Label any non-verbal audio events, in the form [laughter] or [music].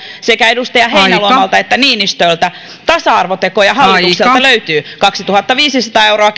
sekä edustaja heinäluomalta että niinistöltä esiin nousseeseen kysymykseen tasa arvotekoja hallitukselta löytyy kaksituhattaviisisataa euroa [unintelligible]